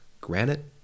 granite